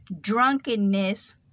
Drunkenness